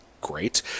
great